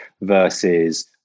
versus